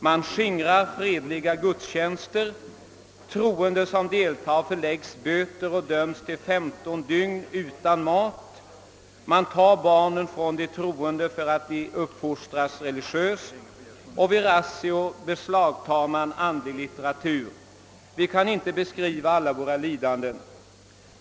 Man skingrar fredliga gudstjänster, troende som deltar föreläggs böter och döms till 15 dygn utan mat, man tar barnen från de troende för att de uppfostras religiöst och vid razzior beslagtar man andlig litteratur. Vi kan inte beskriva alla våra lidanden.